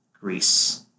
Greece